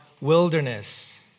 wilderness